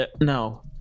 no